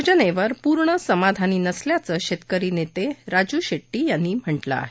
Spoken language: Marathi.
योजनेवर पूर्ण समाधानी नसल्याचं शेतकरी नेते राज् शेट्टी यांनी म्हटलं आहे